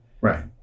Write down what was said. Right